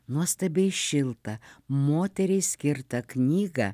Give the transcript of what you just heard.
nuostabiai šiltą moteriai skirtą knygą